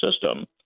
system